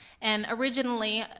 and originally,